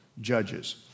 judges